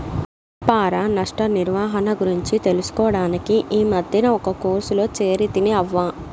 వ్యాపార నష్ట నిర్వహణ గురించి తెలుసుకోడానికి ఈ మద్దినే ఒక కోర్సులో చేరితిని అవ్వా